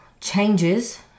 changes